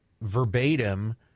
verbatim